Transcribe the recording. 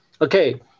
Okay